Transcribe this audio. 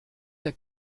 der